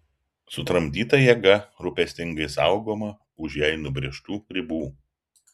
sutramdyta jėga rūpestingai saugoma už jai nubrėžtų ribų